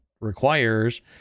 requires